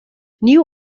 new